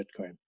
bitcoin